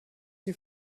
die